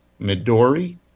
Midori